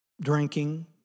drinking